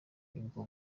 ubwo